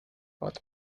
what